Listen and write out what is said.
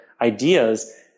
ideas